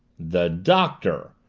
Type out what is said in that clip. the doctor!